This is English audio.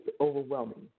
overwhelming